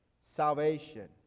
salvation